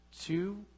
two